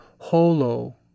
holo